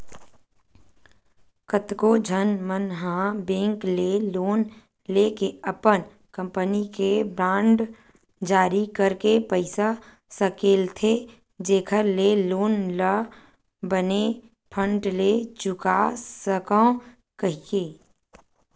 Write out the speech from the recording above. कतको झन मन ह बेंक ले लोन लेके अपन कंपनी के बांड जारी करके पइसा सकेलथे जेखर ले लोन ल बने फट ले चुका सकव कहिके